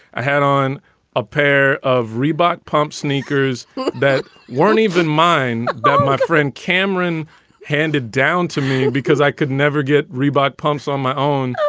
i had on a pair of reebok pump sneakers that weren't even mine but my friend friend cameron handed down to me because i could never get reebok pumps on my own.